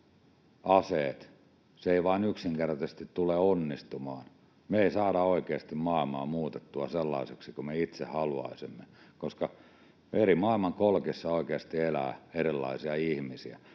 aseet. Se ei vain yksinkertaisesti tule onnistumaan. Me ei saada oikeasti maailmaa muutettua sellaiseksi kuin me itse haluaisimme, koska eri maailmankolkissa oikeasti elää erilaisia ihmisiä.